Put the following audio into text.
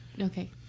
okay